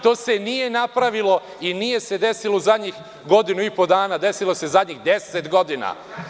To se nije napravilo i nije se desilo u zadnjih godinu i po dana, desilo se zadnjih deset godina.